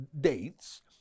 dates